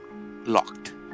locked